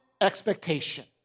expectation